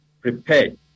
prepared